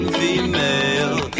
female